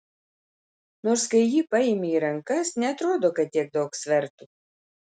nors kai jį paimi į rankas neatrodo kad tiek daug svertų